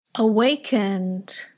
awakened